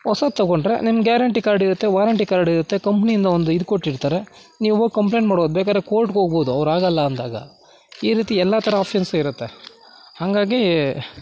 ಹೊಸಾದ್ ತೊಗೊಂಡ್ರೆ ನಿಮ್ಮ ಗ್ಯಾರಂಟಿ ಕಾರ್ಡ್ ಇರತ್ತೆ ವಾರಂಟಿ ಕಾರ್ಡ್ ಇರತ್ತೆ ಕಂಪ್ನಿಯಿಂದ ಒಂದು ಇದು ಕೊಟ್ಟಿರ್ತಾರೆ ನೀವು ಹೋಗ್ ಕಂಪ್ಲೆಂಟ್ ಮಾಡ್ಬೋದು ಬೇಕಾರೆ ಕೋರ್ಟ್ಗೆ ಹೋಗ್ಬೋದು ಅವ್ರು ಆಗಲ್ಲ ಅಂದಾಗ ಈ ರೀತಿ ಎಲ್ಲ ಥರ ಆಪ್ಷನ್ಸ್ ಇರತ್ತೆ ಹಾಗಾಗಿ